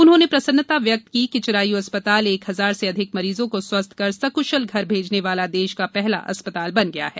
उन्होंने प्रसन्नता व्यक्त की कि चिरायू अस्पताल एक हजार से अधिक मरीजों को स्वस्थ कर सक्शल घर भेजने वाला देश का पहला अस्पताल बन गया है